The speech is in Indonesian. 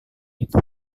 itu